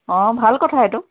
অ ভাল কথা এইটো